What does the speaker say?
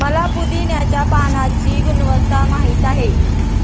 मला पुदीन्याच्या पाण्याची गुणवत्ता माहित आहे